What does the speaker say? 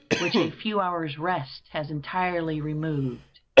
which a few hours rest has entirely removed.